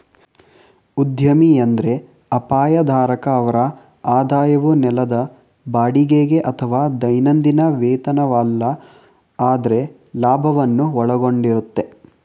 ಉದ್ಯಮಿ ಎಂದ್ರೆ ಅಪಾಯ ಧಾರಕ ಅವ್ರ ಆದಾಯವು ನೆಲದ ಬಾಡಿಗೆಗೆ ಅಥವಾ ದೈನಂದಿನ ವೇತನವಲ್ಲ ಆದ್ರೆ ಲಾಭವನ್ನು ಒಳಗೊಂಡಿರುತ್ತೆ